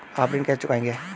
आप ऋण कैसे चुकाएंगे?